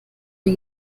die